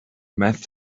meth